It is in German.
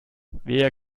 wer